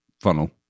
funnel